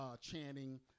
chanting